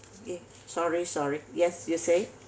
eh sorry sorry yes you're saying